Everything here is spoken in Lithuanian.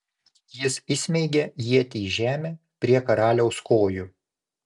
jis įsmeigia ietį į žemę prie karaliaus kojų